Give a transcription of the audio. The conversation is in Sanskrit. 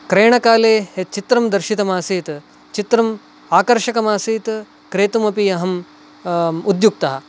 क्रयणकाले यच्चित्रं दर्शितमासीत् चित्रम् आकर्षकमासीत् क्रेतुमपि अहम् उद्युक्तः